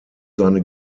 seine